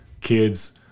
kids